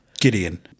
Gideon